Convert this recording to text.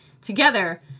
together